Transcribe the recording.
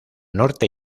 norte